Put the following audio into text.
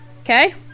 okay